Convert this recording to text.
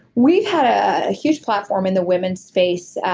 we had a huge platform in the women's space,